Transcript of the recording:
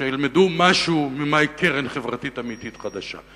שילמדו משהו מהי קרן חברתית אמיתית חדשה.